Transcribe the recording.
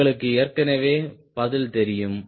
உங்களுக்கு ஏற்கனவே பதில் தெரியும்